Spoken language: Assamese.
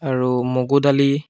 আৰু মগু দালি